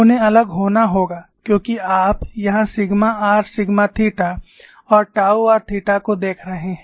उन्हें अलग होना होगा क्योंकि यहाँ आप सिग्मा r सिग्मा थीटा और टाऊ r थीटा को देख रहे हैं